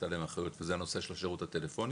עליהם אחריות וזה הנושא של השירות הטלפוני.